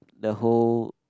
the whole